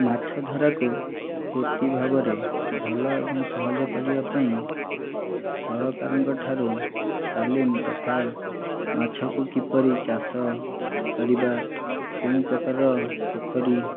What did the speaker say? ମାଛଧରାକୁ ବୃତ୍ତି ଭାବରେ ଭଲ ଏବଂ ସହଜ କରିବା ପାଇଁ ସରକାରଙ୍କଠାରୁ ତାଲିମ୍ ତଥା ମାଛକୁ କିପରି ଚାଷ କରିବା କେଉଁ ପ୍ରକାରର ପୋଖରୀ